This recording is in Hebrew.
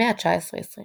המאה ה־19–20